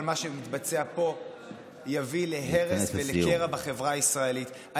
אבל מה שמתבצע פה יביא להרס ולקרע בחברה הישראלית.